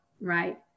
right